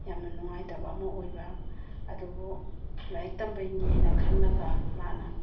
ꯌꯥꯝꯅ ꯅꯨꯡꯉꯥꯏꯇꯕ ꯑꯃ ꯑꯣꯏꯕ ꯑꯗꯨꯕꯨ ꯂꯥꯏꯔꯤꯛ ꯇꯝꯕꯩꯅꯤ ꯍꯥꯏꯅ ꯈꯜꯂꯒ ꯃꯥꯅ